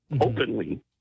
openly